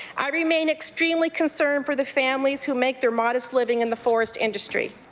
i remain extremely concerned for the families who make their modest living in the forest industry.